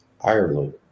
Ireland